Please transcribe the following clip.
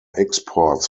exports